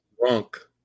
drunk